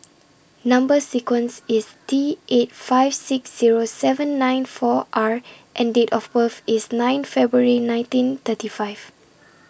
Number sequence IS T eight five six Zero seven nine four R and Date of birth IS nine February nineteen thirty five